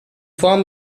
form